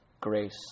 Grace